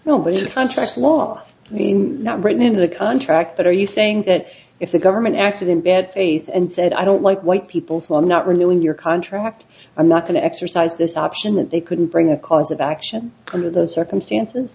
contract law being not written into the contract but are you saying that if the government acted in bad faith and said i don't like white people so i'm not renewing your contract i'm not going to exercise this option that they couldn't bring a cause of action under those circumstances